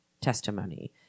testimony